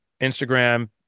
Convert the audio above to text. Instagram